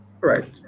Right